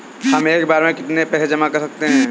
हम एक बार में कितनी पैसे जमा कर सकते हैं?